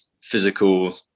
physical